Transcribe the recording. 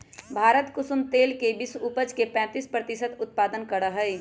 भारत कुसुम तेल के विश्व उपज के पैंतीस प्रतिशत उत्पादन करा हई